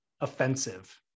offensive